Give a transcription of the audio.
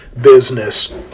business